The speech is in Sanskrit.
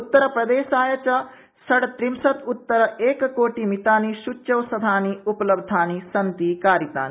उत्तरप्रदेशाय च षड्रत्रिंशद्तर एककोटिमितानि सूच्यौषधानि उपलब्धीसन्ति कारितानि